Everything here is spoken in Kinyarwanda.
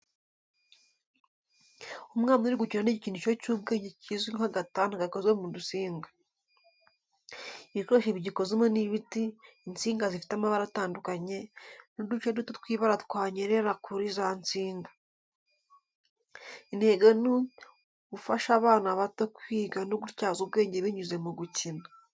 Umwana uri gukina n’igikinisho cy’ubwenge kizwi nk'agatanda gakozwe mu dusinga. Ibikoresho bigikozemo ni ibiti, insinga zifite amabara atandukanye, n’uduce duto tw’ibara twanyerera kuri za nsinga. Intego ni ufasha abana bato kwiga no gutyaza ubwenge binyuze mu gukina.